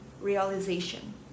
realization